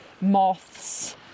moths